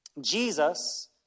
Jesus